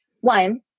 One